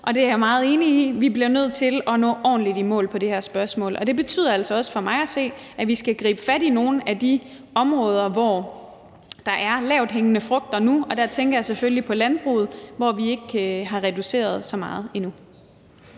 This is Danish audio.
og det er jeg meget enig i. Vi bliver nødt til at nå ordentligt i mål på det her spørgsmål, og det betyder altså også for mig at se, at vi skal gribe fat i nogle af de områder, hvor der er lavthængende frugter nu, og der tænker jeg selvfølgelig på landbruget, hvor vi ikke har reduceret så meget endnu.